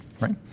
right